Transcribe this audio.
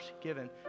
given